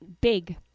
Big